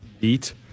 Eat